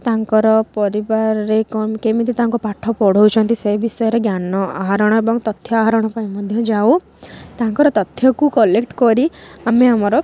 ତାଙ୍କର ପରିବାରରେ କେମିତି ତାଙ୍କ ପାଠ ପଢ଼ଉଛନ୍ତି ସେ ବିଷୟରେ ଜ୍ଞାନ ଆହରଣ ଏବଂ ତଥ୍ୟ ଆହରଣ ପାଇଁ ମଧ୍ୟ ଯାଉ ତାଙ୍କର ତଥ୍ୟକୁ କଲେକ୍ଟ କରି ଆମେ ଆମର